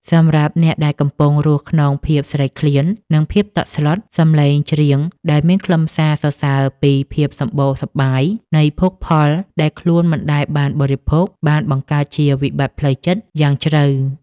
សម្រាប់អ្នកដែលកំពុងរស់ក្នុងភាពស្រេកឃ្លាន និងភាពតក់ស្លុត សម្លេងច្រៀងដែលមានខ្លឹមសារសរសើរពីភាពសម្បូរសប្បាយនៃភោគផលដែលខ្លួនមិនដែលបានបរិភោគ បានបង្កើតជាវិបត្តិផ្លូវចិត្តយ៉ាងជ្រៅ។